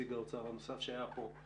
לנציג האוצר הנוסף שהיה פה.